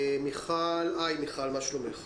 היי, מה שלומך?